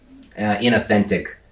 inauthentic